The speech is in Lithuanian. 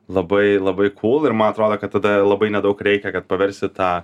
labai labai kūl ir ma atrodo kad tada labai nedaug reikia kad paversti tą